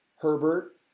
Herbert